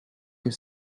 que